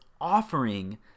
offering